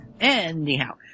Anyhow